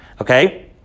Okay